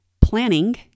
planning